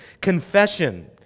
confession